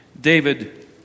David